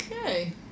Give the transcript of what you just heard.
Okay